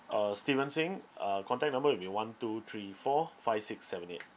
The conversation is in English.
uh steven singh uh contact number will be one two three four five six seven eight